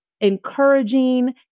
encouraging